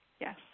Yes